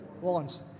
wants